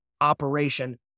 operation